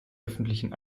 öffentlichen